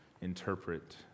interpret